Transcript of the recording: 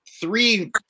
three